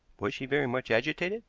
was she very much agitated?